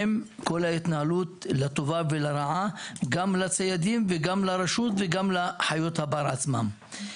עם כל ההתנהלות לטובה ולרעה גם לציידים וגם לרשות וגם לחיות הבר עצמן.